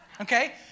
okay